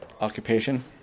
occupation